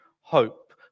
hope